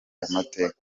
amateka